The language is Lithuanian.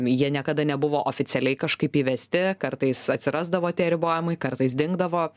jie niekada nebuvo oficialiai kažkaip įvesti kartais atsirasdavo tie ribojimai kartais dingdavo